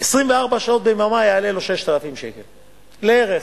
24 שעות ביממה יעלה לו 6,000 שקל לערך.